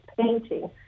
painting